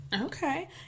Okay